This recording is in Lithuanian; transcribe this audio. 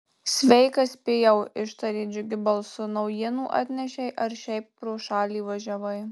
sveikas pijau ištarė džiugiu balsu naujienų atnešei ar šiaip pro šalį važiavai